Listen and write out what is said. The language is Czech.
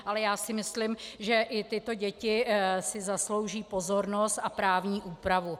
Ale já si myslím, že i tyto děti si zaslouží pozornost a právní úpravu.